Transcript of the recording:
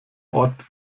ort